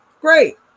great